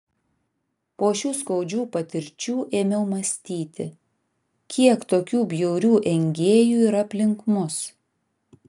po šių skaudžių patirčių ėmiau mąstyti kiek tokių bjaurių engėjų yra aplink mus